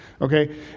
okay